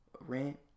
rent